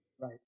Right